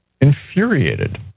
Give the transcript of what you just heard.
infuriated